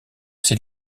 ces